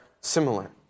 similar